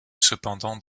cependant